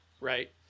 right